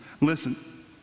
Listen